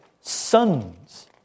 sons